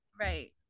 right